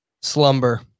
slumber